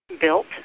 built